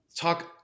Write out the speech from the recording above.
talk